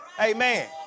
Amen